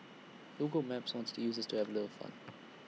Google maps wants users to have A little fun